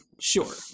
Sure